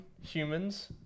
humans